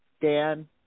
Dan